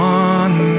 one